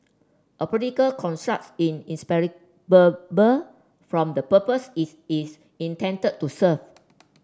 a political constructs in from the purpose its is intended to serve